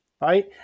right